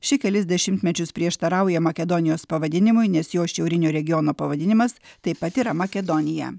ši kelis dešimtmečius prieštarauja makedonijos pavadinimui nes jos šiaurinio regiono pavadinimas taip pat yra makedonija